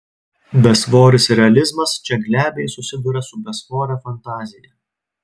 besvoris realizmas čia glebiai susiduria su besvore fantazija